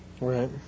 right